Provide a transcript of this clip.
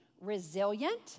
resilient